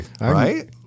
right